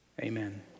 Amen